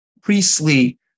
priestly